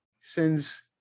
sends